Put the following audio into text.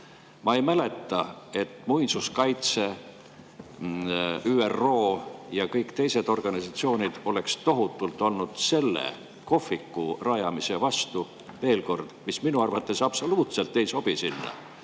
Ma ei mäleta, et muinsuskaitse, ÜRO ja kõik teised organisatsioonid oleks tohutult olnud selle kohviku rajamise vastu. Veel kord: minu arvates see absoluutselt ei sobi sinna.